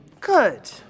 Good